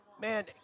Man